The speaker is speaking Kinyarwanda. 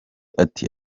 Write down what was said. ati